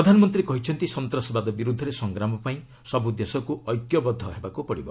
ପ୍ରଧାନମନ୍ତ୍ରୀ କହିଛନ୍ତି ସନ୍ତାସବାଦ ବିରୁଦ୍ଧରେ ସଂଗ୍ରାମ ପାଇଁ ସବୁ ଦେଶକୁ ଐକ୍ୟବଦ୍ଧ ହେବାକୁ ପଡ଼ିବ